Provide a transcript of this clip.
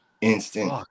instant